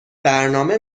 برنامه